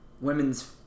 women's